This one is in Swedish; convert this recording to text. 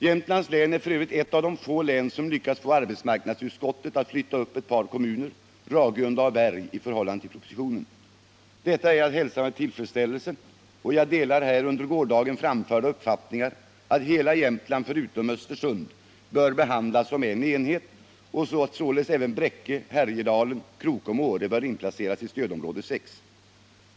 Jämtlands län är f. ö. ett av de få län som lyckats få arbetsmarknadsutskottet att flytta upp ett par kommuner — Ragunda och Berg —i förhållande till propositionen. Detta är att hälsa med stor tillfredsställelse, men jag delar här under gårdagen framförda uppfattningar om att hela Jämtland förutom Östersund bör behandlas som en enhet och att således även Bräcke, Härjedalen, Krokom och Åre bör inplaceras i stödområde 6.